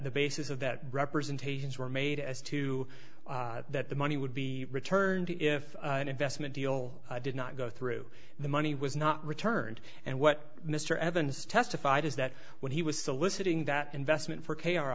e basis of that representations were made as to that the money would be returned if an investment deal did not go through the money was not returned and what mr evans testified is that when he was soliciting that investment for k r